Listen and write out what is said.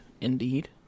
Indeed